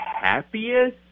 happiest